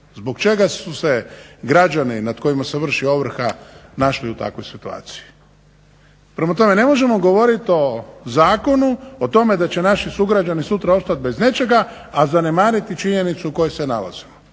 zbog čega su se građani nad kojima se vrši ovrha našli u takvoj situaciji. Prema tome, ne možemo govoriti o zakonu, o tome da će naši sugrađani sutra ostati bez nečega a zanemariti činjenicu u kojoj se nalazimo,